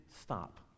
stop